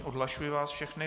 Odhlašuji vás všechny.